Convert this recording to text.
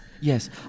Yes